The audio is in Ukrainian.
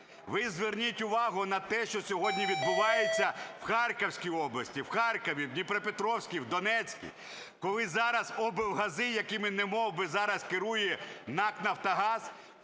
Ви зверніть увагу на те, що сьогодні відбувається в Харківській області, в Харкові, в Дніпропетровській, в Донецькій, коли зараз облгази, якими немов би зараз керує НАК "Нафтогаз",